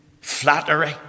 flattery